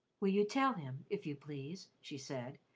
will you tell him, if you please, she said,